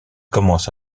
commence